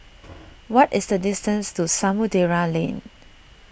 what is the distance to Samudera Lane